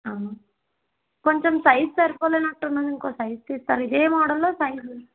అవును కొంచెం సైజ్ సరిపోలేనట్టు ఉంది అండి ఇంకో సైజు తీస్తారా ఇదే మోడల్లో సైజు